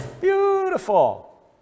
beautiful